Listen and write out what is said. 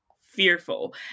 fearful